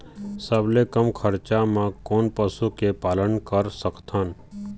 सबले कम खरचा मा कोन पशु के पालन कर सकथन?